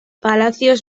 palacios